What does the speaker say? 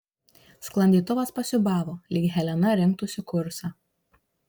sklandytuvas pasiūbavo lyg helena rinktųsi kursą